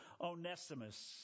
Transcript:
Onesimus